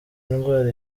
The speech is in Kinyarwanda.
indwara